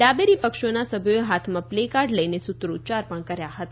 ડાબેરી પક્ષોના સભ્યોએ હાથમાં પ્લેકાર્ડ લઈને સૂત્રોચ્યાર પણ કર્યા હતા